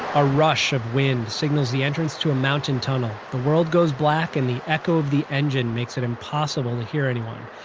a rush of wind signals the entrance to a mountain tunnel the world goes black and the echo of the engine makes it impossible to hear anyone.